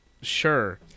Sure